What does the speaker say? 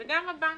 גם הבנקים.